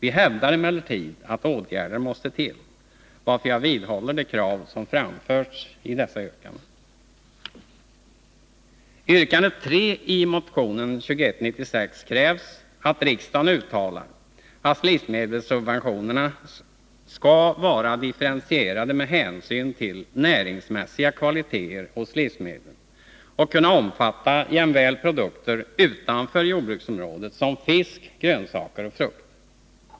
Vi hävdar emellertid att åtgärder måste till, varför jag vidhåller de krav som framförts i dessa yrkanden. I yrkandet 3 i motionen 2196 krävs att riksdagen uttalar att livsmedelssubventionerna skall vara differentierade med hänsyn till näringsmässiga kvaliteter hos livsmedlen och kunna omfatta jämväl produkter utanför jordbruksområdet, såsom fisk, grönsaker och frukt.